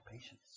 patience